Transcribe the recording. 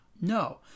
No